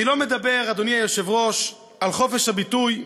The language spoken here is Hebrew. אני לא מדבר, אדוני היושב-ראש, על חופש הביטוי.